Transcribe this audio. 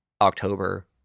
October